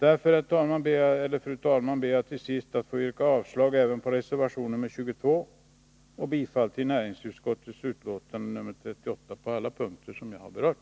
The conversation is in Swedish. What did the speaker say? : Därför, herr talman, ber jag till sist att få yrka avslag även på reservation 22 och bifall till näringsutskottets hemställan i betänkandet 38 på alla de punkter jag har berört.